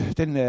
den